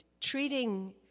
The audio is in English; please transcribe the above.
treating